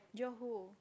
jio who